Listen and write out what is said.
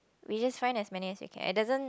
we just find as many as we can it doesn't